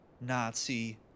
Nazi